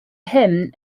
hymn